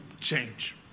change